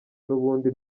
n’ubundi